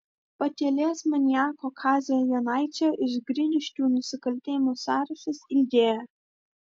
pakelės maniako kazio jonaičio iš grigiškių nusikaltimų sąrašas ilgėja